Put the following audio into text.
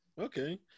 Okay